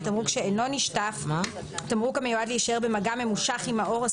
"תמרוק שאינו נשטף" תמרוק המיועד להישאר במגע ממושך עם העור,